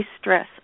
stress